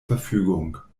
verfügung